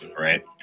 right